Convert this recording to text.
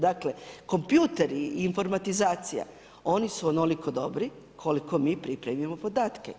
Dakle, kompjuteri i informatizacija, oni su onoliko dobri koliko mi pripremimo podatke.